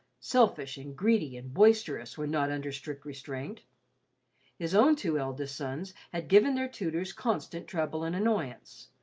selfish and greedy and boisterous when not under strict restraint his own two eldest sons had given their tutors constant trouble and annoyance,